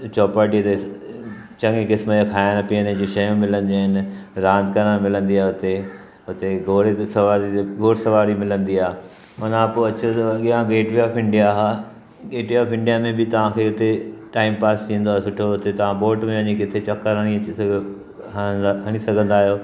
चौपाटी ते चङी क़िस्म जा खाइण पीअण जी शयूं मिलंदियूं आहिनि रांदि करणु मिलंदी आहे हुते हुते घोड़े ते सवारी घुड़सवारी मिलंदी आहे माना पोइ अचो थो अॻियां गेटवे ऑफ इंडिया आहे गेटवे ऑफ इंडिया में बि तव्हांखे हुते टाइम पास थींदो आहे सुठो उते तव्हां बोट में वञी किते चकर हणी अची था सघो हणी सघंदा आहियो